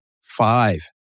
five